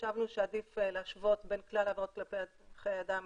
וחשבנו שעדיף להשוות בין כלל העבירות כלפי חיי אדם